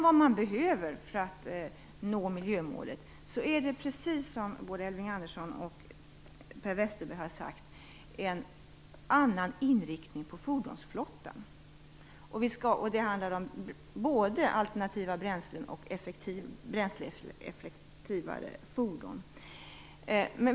Vad man behöver för att nå miljömålet är, precis som både Elving Andersson och Per Westerberg har sagt, en annan inriktning på fordonsflottan. Det handlar om både effektivare bränslen och bränsleeffektivare fordon.